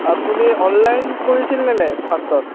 আপুনি অনলাইন কৰিছিল নে ফাৰ্ষ্টত